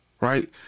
Right